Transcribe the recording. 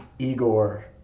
Igor